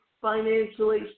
financially